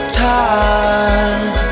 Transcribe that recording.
tired